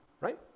right